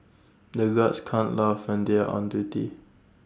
the guards can't laugh when they are on duty